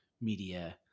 media